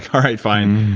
all right. fine.